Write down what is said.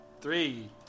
Three